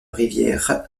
rivière